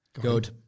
Good